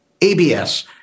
ABS